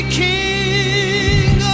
king